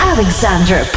Alexander